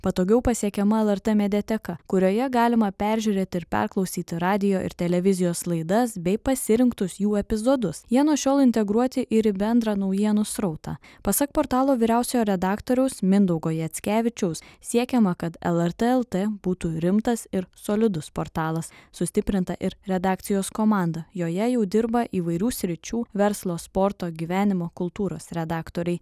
patogiau pasiekiama lrt mediateka kurioje galima peržiūrėti ir perklausyti radijo ir televizijos laidas bei pasirinktus jų epizodus jie nuo šiol integruoti ir į bendrą naujienų srautą pasak portalo vyriausiojo redaktoriaus mindaugo jackevičiaus siekiama kad el er tė el tė būtų rimtas ir solidus portalas sustiprinta ir redakcijos komanda joje jau dirba įvairių sričių verslo sporto gyvenimo kultūros redaktoriai